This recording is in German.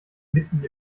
mitten